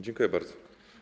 Dziękuję bardzo.